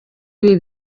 ibi